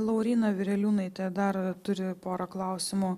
lauryna vireliūnaitė dar turi porą klausimų